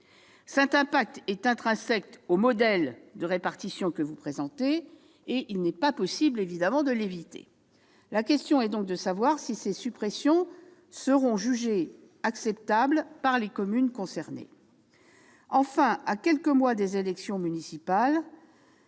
Cet impact est intrinsèque au modèle de répartition que vous présentez, et il n'est pas possible de l'éviter. La question est donc de savoir si ces suppressions seront jugées acceptables par les communes concernées. Enfin, à quelques mois des élections municipales,